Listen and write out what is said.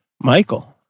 Michael